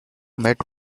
met